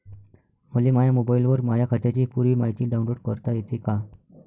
मले माह्या मोबाईलवर माह्या खात्याची पुरी मायती डाऊनलोड करता येते का?